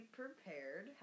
prepared